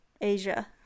Asia